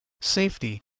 safety